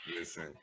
Listen